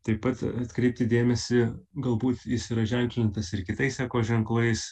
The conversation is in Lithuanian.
taip pat atkreipti dėmesį galbūt jis yra ženklintas ir kitais eko ženklais